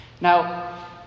Now